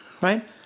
Right